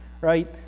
right